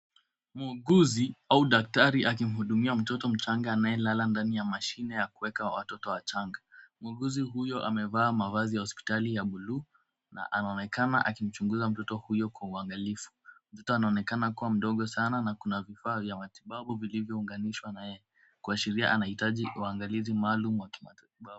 Muuguzi au daktari akimhudumia mtoto mchanga aliyelala ndani ya mashine ya kuweka watoto wachanga. Muuguzi huyo amevaa mavazi ya hospitali ya bluu na anaonekana akimchunguza mtoto huyo kwa uangalifu. Mtoto anaonekana kuwa mdogo sana na kuna vifaa vya matibabu vilivyounganishwa kuashiria anahitaji uangalizi maalum wa kimatibabu.